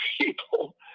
people